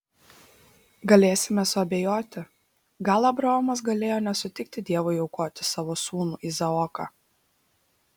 galėsime suabejoti gal abraomas galėjo nesutikti dievui aukoti savo sūnų izaoką